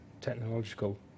technological